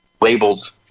labeled